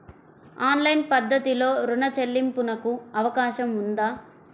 Online పద్ధతిలో రుణ చెల్లింపునకు అవకాశం ఉందా?